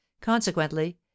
consequently